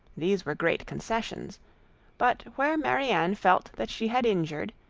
these were great concessions but where marianne felt that she had injured,